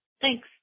Thanks